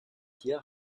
hier